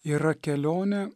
yra kelionė